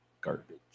garbage